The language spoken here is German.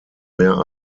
mehr